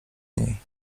niej